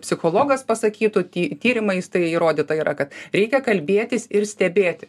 psichologas pasakytų ty tyrimais tai įrodyta yra kad reikia kalbėtis ir stebėti